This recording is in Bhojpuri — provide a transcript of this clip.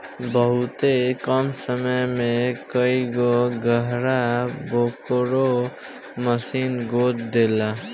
बहुते कम समय में कई गो गड़हा बैकहो माशीन खोद देले